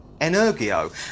energio